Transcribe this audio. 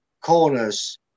corners